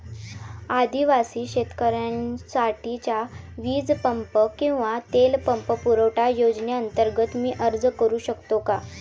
आदिवासी शेतकऱ्यांसाठीच्या वीज पंप किंवा तेल पंप पुरवठा योजनेअंतर्गत मी अर्ज करू शकतो का?